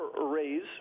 raise